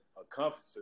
accomplish